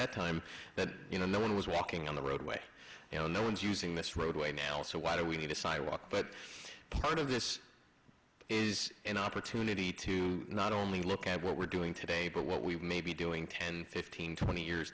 that time that you know no one was walking on the roadway you know no one's using this roadway nail so why do we need a sidewalk but part of this is an opportunity to not only look at what we're doing today but what we may be doing ten fifteen twenty years